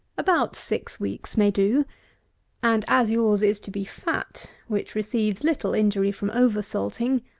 about six weeks may do and as yours is to be fat, which receives little injury from over-salting,